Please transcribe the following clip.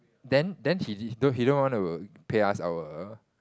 then then he he don't even want to pay us our